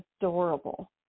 adorable